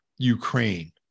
Ukraine